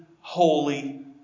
holy